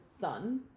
son